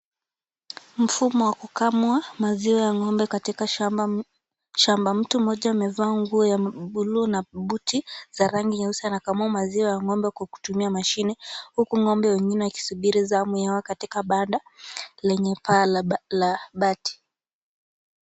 Mfumo wa kukamua maziwa ya ng'ombe katika shamba. Mtu mmoja amevaa nguo ya blue na buti za rangi nyeusi anakamua maziwa ya ng'ombe kwa kutumia mashine huku ng'ombe wengine wakisubiri zamu yao katika banda lenye paa la bati.